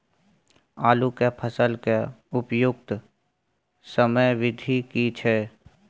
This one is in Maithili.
आलू के फसल के उपयुक्त समयावधि की छै?